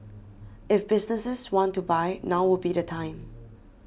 if businesses want to buy now would be the time